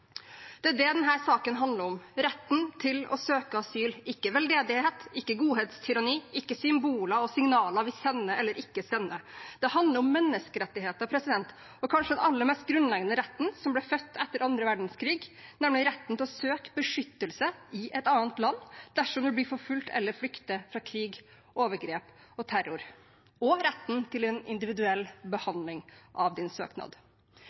det denne saken handler om: retten til å søke asyl – ikke veldedighet, ikke godhetstyranni, ikke symboler og signaler vi sender eller ikke sender. Dette handler om menneskerettigheter og den kanskje alle mest grunnleggende retten som ble født etter den andre verdenskrigen, nemlig retten til å søke beskyttelse i et annet land dersom man blir forfulgt eller flykter fra krig, overgrep eller terror, og retten til en individuell behandling av sin søknad.